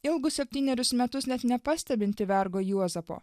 ilgus septynerius metus net nepastebinti vergo juozapo